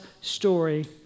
story